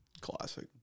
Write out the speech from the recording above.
Classic